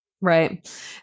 Right